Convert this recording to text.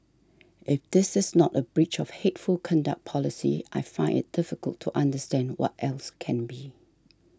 if this is not a breach of hateful conduct policy I find it difficult to understand what else can be